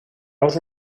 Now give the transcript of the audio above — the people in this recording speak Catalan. aus